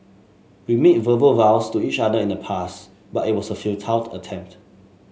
we made verbal vows to each other in the past but it was a futile attempt